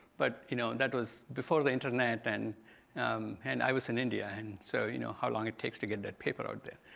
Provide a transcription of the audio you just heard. but you know that was before the internet and um and i was in india. and so you know how long it takes to get that paper out there.